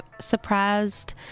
surprised